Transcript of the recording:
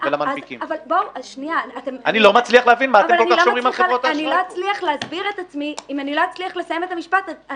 אני לא מצליח להבין מה אתם כל כך שומרים על חברות האשראי.